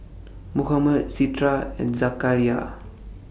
Muhammad Citra and Zakaria